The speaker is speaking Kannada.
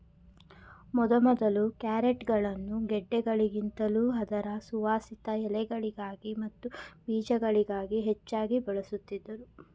ಮೊದಮೊದಲು ಕ್ಯಾರೆಟ್ಗಳನ್ನು ಗೆಡ್ಡೆಗಳಿಗಿಂತಲೂ ಅದರ ಸುವಾಸಿತ ಎಲೆಗಳಿಗಾಗಿ ಮತ್ತು ಬೀಜಗಳಿಗಾಗಿ ಹೆಚ್ಚಾಗಿ ಬೆಳೆಯುತ್ತಿದ್ದರು